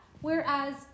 Whereas